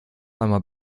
einmal